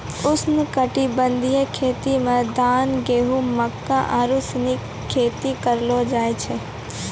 उष्णकटिबंधीय खेती मे धान, गेहूं, मक्का आरु सनी खेती करलो जाय छै